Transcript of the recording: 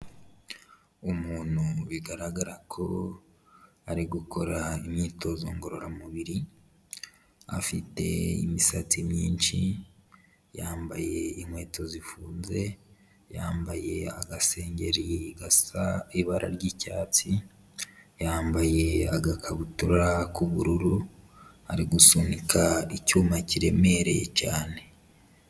Umuntu bigaragara ko ari gukora imyitozo ngororamubiri, afite imisatsi myinshi, yambaye inkweto zifunze, yambaye agasengeri gasa ibara ry'icyatsi, yambaye agakabutura k'ubururu, ari gusunika icyuma kiremereye cyane.